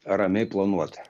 ramiai planuoti